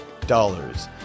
Dollars